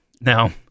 Now